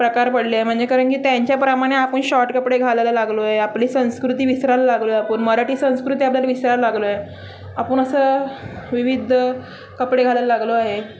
प्रकार पडले म्हणजे कारण की त्यांच्याप्रमाणे आपण शॉर्ट कपडे घालायला लागलो आहे आपली संस्कृती विसरायला लागलो आहे आपण मराठी संस्कृती आपल्याला विसरायला लागलो आहे आपण असं विविध कपडे घालायला लागलो आहे